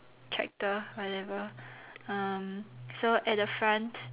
tractor whatever um so at the front